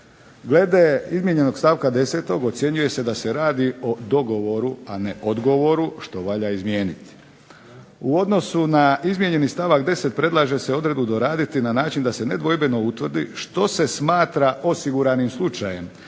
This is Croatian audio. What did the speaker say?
Glede izmijenjenog stavka 10. ocjenjuje se da se radi o dogovoru, a ne odgovoru što valja izmijeniti. U odnosu na izmijenjeni stavak 10. predlaže se odredbu doraditi na način da se nedvojbeno utvrdi što se smatra osiguranim slučajem